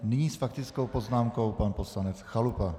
Nyní s faktickou poznámkou pan poslanec Chalupa.